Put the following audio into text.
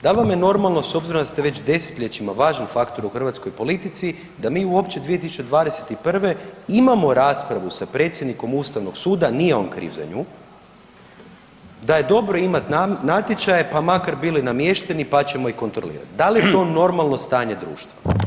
Da li vam je normalno s obzirom da ste već desetljećima važan faktor u hrvatskoj politici da mi uopće 2021. imamo raspravu sa predsjednikom Ustavnog suda, nije on kriv za nju, da je dobro imati natječaje pa makar bili namješteni pa ćemo ih kontrolirati, da li je to normalno stanje društva?